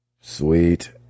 Sweet